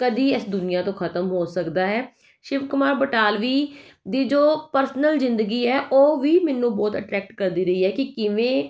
ਕਦੇ ਇਸ ਦੁਨੀਆਂ ਤੋਂ ਖਤਮ ਹੋ ਸਕਦਾ ਹੈ ਸ਼ਿਵ ਕੁਮਾਰ ਬਟਾਲਵੀ ਦੀ ਜੋ ਪਰਸਨਲ ਜ਼ਿੰਦਗੀ ਹੈ ਉਹ ਵੀ ਮੈਨੂੰ ਬਹੁਤ ਅਟਰੈਕਟ ਕਰਦੀ ਰਹੀ ਹੈ ਕਿ ਕਿਵੇਂ